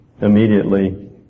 immediately